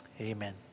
Amen